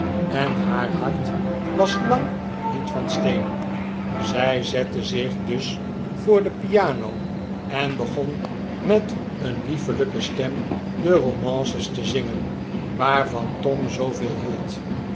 en haar hart was lang niet van steen zij zette zich dus voor de piano en hcgon met een liefelijke stem de romances te zingen waarvan tom zooveel hield